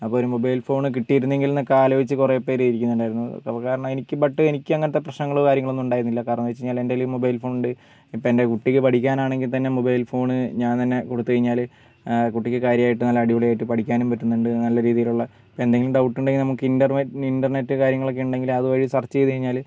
അപ്പോൾ ഒരു mobile phone കിട്ടിയിരുന്നെങ്കിൽ എന്നൊക്കെ ആലോചിച്ച് കുറേ പേർ ഇരിക്കുന്നുണ്ടായിരുന്നു കാരണം എനിക്ക് ബട്ട് എനിക്കങ്ങനെത്തെ പ്രശ്നങ്ങളോ കാര്യങ്ങളോ ഉണ്ടായിരുന്നില്ല കാരണമെന്നുവെച്ചു കഴിഞ്ഞാൽ എൻ്റെ കയ്യിൽ മൊബൈൽ ഫോണിണ്ട് ഇപ്പോൾ എൻ്റെ കുട്ടിക്ക് പഠിക്കാനാണെങ്കിൽ തന്നെ മൊബൈൽ ഫോൺ ഞാൻ തന്നെ കൊടുത്തു കഴിഞ്ഞാൽ കുട്ടിക്ക് കാര്യമായിട്ട് നല്ല അടിപൊളി ആയിട്ട് പഠിക്കാനും പറ്റുന്നുണ്ട് നല്ലരീതിയിലുള്ള എന്തെങ്കിലും ഡൗട്ട് ഉണ്ടെങ്കിൽ നമുക്ക് ഇൻ്റർവെ ഇൻ്റർനെറ്റ് കാര്യങ്ങളൊക്കെ ഉണ്ടെങ്കിൽ അതുവഴി സെർച്ച് ചെയ്ത് കഴിഞ്ഞാൽ